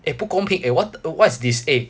eh 不公平 eh what what's this eh